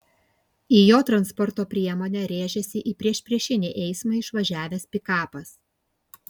į jo transporto priemonę rėžėsi į priešpriešinį eismą išvažiavęs pikapas